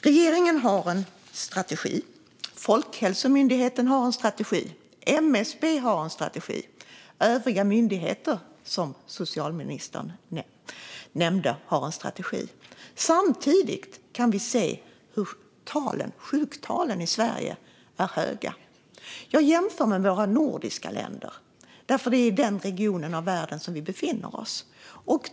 Regeringen har en strategi, Folkhälsomyndigheten har en strategi, MSB har en strategi och övriga myndigheter, som socialministern nämnde, har en strategi. Samtidigt kan vi se att sjuktalen i Sverige är höga. Jag jämför med andra nordiska länder, eftersom det är denna region i världen som vi befinner oss i.